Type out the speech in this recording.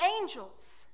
angels